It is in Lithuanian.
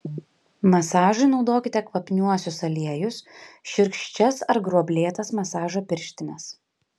masažui naudokite kvapniuosius aliejus šiurkščias ar gruoblėtas masažo pirštines